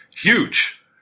huge